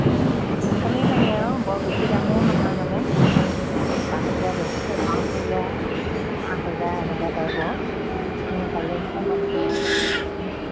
সোনকালেই লাগে আৰু বৰ বেছি দামৰো নহয় মানে পাঁচ হাজাৰ দহ হজাৰ পাঁচ হাজাৰ আঠ হাজাৰ এনেকুৱা টাইপৰ তুমি পালে মানে মোক